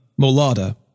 Molada